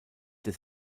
des